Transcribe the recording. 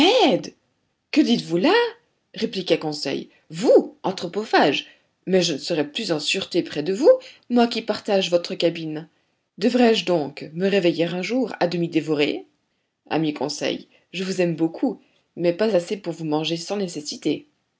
que dites-vous là répliqua conseil vous anthropophage mais je ne serai plus en sûreté près de vous moi qui partage votre cabine devrai-je donc me réveiller un jour à demi dévoré ami conseil je vous aime beaucoup mais pas assez pour vous manger sans nécessité